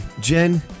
Jen